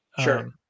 Sure